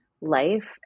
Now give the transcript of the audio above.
life